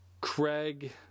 Craig